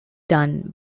done